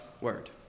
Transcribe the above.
word